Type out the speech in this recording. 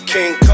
King